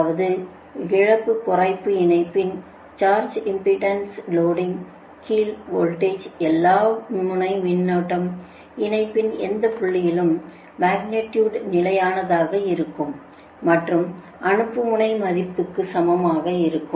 அதாவது இழப்பு குறைப்பு இணைப்பில் சர்ஜ் இம்பெடன்ஸ் லோடிங் கீழ் வோல்டேஜ் எல்லா முனை மின்னோட்டம் இணைப்பின் எந்தப் புள்ளியிலும் மக்னிடியுடு நிலையானதாக இருக்கும் மற்றும் அனுப்பும் முனை மதிப்புகளுக்கு சமமாக இருக்கும்